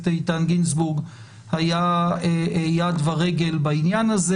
איתן גינזבורג היה יד ורגל בעניין הזה